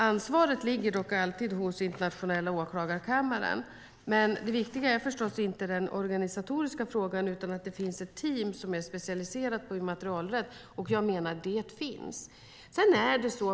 Ansvaret ligger dock alltid hos internationella åklagarkammaren. Men det viktiga är förstås inte den organisatoriska frågan utan att det finns ett team som är specialiserat på immaterialrätt, och jag menar att det finns.